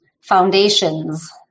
Foundations